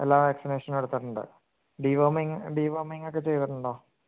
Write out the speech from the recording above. എല്ലാ വാക്സിനേഷനും എടുത്തിട്ടുണ്ട് ഡിവോർമിങ് ഡിവോർമിങ്ങൊക്ക ചെയ്തിട്ടുണ്ടോ